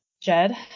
Jed